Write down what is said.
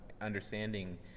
understanding